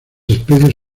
especies